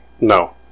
No